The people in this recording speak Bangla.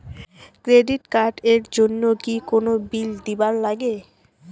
ক্রেডিট কার্ড এর জন্যে কি কোনো বিল দিবার লাগে?